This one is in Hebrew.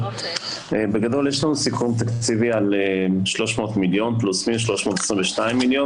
בגדול, יש לנו סיכום תקציבי על כ-322 מיליון